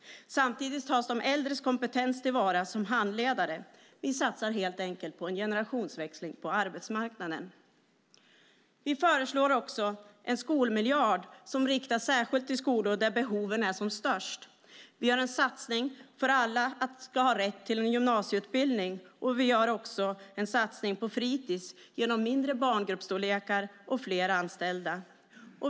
Samtidigt tas de äldres kompetens till vara genom att de fungerar som handledare. Vi satsar helt enkelt på en generationsväxling på arbetsmarknaden. Vi föreslår en skolmiljard som riktas särskilt till skolor där behoven är som störst. Vi gör en satsning för att alla ska ha rätt till en gymnasieutbildning. Vi gör också en satsning på fritis genom mindre barngruppsstorlekar och fler anställda.